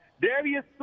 Darius